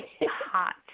hot